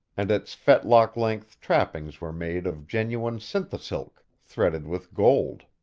and its fetlock-length trappings were made of genuine synthisilk threaded with gold.